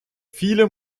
viele